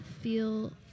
feel